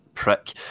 prick